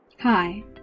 Hi